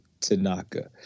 Tanaka